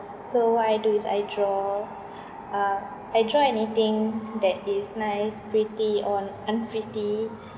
so what I do is I draw uh I draw anything that is nice pretty or un-pretty